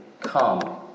come